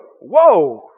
whoa